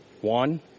One